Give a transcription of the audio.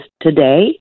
today